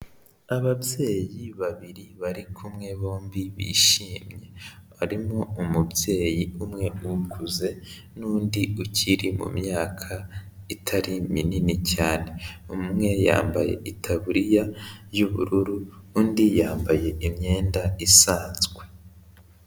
Ababyeyi babiri bari kumwe bombi bishimye, barimo umubyeyi umwe ukuze n'undi ukiri mu myaka itari minini cyane, umwe yambaye itaburiya y'ubururu, undi yambaye imyenda isanzwe.